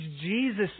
Jesus